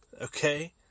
Okay